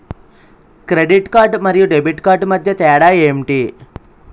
Credit card మరియు debit card మధ్య తేడా ఎంటి?